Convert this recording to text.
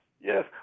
Yes